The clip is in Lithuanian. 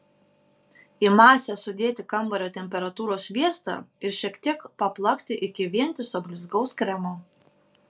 į masę sudėti kambario temperatūros sviestą ir šiek tiek paplakti iki vientiso blizgaus kremo